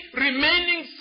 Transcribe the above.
remaining